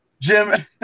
Jim